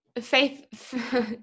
faith